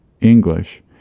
English